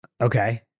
Okay